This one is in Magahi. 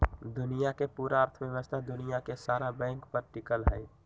दुनिया के पूरा अर्थव्यवस्था दुनिया के सारा बैंके पर टिकल हई